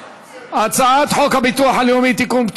הצעת חוק הביטוח הלאומי (תיקון,